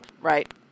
Right